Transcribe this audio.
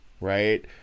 right